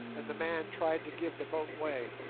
and the man tried to give the boat way,